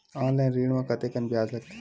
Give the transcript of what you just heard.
Online ऋण म कतेकन ब्याज लगथे?